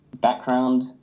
background